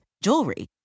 jewelry